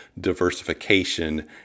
diversification